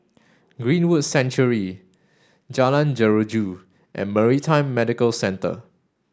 Greenwood Sanctuary Jalan Jeruju and Maritime Medical Centre